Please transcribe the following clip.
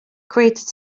created